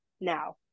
now